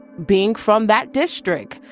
being from that district,